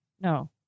No